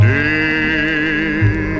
day